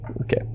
Okay